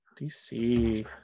DC